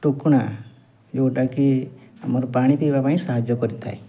ଟୁକୁଣା ଯେଉଁଟା କି ଆମର ପାଣି ପିଇବା ପାଇଁ ସାହାଯ୍ୟ କରିଥାଏ